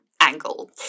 angle